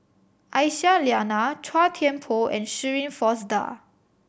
Aisyah Lyana Chua Thian Poh and Shirin Fozdar